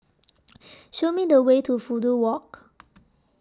Show Me The Way to Fudu Walk